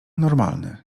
normalny